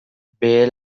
behe